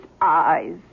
eyes